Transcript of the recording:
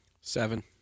Seven